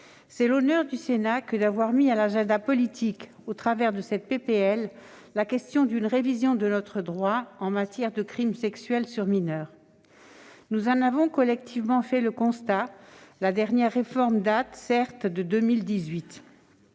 C'est l'honneur du Sénat que d'avoir mis à l'agenda politique, par le biais de cette proposition de loi, la question d'une révision de notre droit en matière de crimes sexuels sur mineurs. Nous en avons collectivement fait le constat : si la dernière réforme date de 2018,